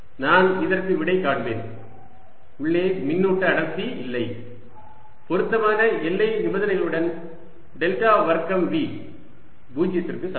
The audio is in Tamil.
நான் இதற்கு விடை காண்பேன்உள்ளே மின்னூட்ட அடர்த்தி இல்லை பொருத்தமான எல்லை நிபந்தனைகளுடன் டெல்டா வர்க்கம் V 0 க்கு சமம்